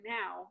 now